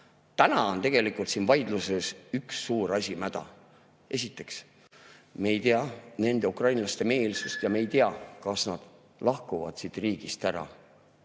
Täna on tegelikult siin vaidluses üks suur asi mäda. Esiteks, me ei tea nende ukrainlaste meelsust, ja me ei tea, kas nad lahkuvad siit riigist.